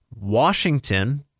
Washington